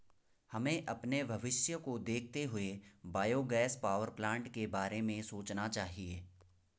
हमें अपने भविष्य को देखते हुए बायोगैस पावरप्लांट के बारे में सोचना चाहिए